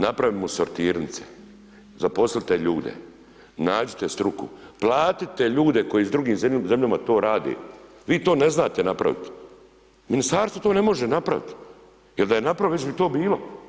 Napravimo sortirnice, zaposlite ljude, nađite struku, platite ljude koji s drugim zemljama to rade, vi to ne znate napraviti, Ministarstvo to ne može napraviti, jel da je napravilo, već bi to bilo.